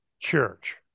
church